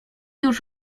już